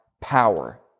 power